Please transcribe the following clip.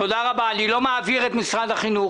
אני לא מעביר את משרד החינוך,